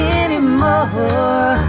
anymore